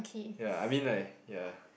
ya I mean like ya